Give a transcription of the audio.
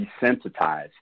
desensitized